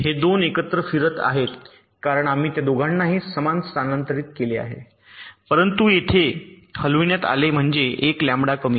हे 2 एकत्र फिरत आहेत कारण आम्ही त्या दोघांनाही समान स्थानांतरित केले आहे परंतु हे हलविण्यात आले म्हणजे 1 लांबडा कमी